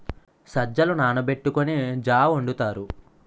సజ్జలు నానబెట్టుకొని జా వొండుతారు